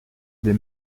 des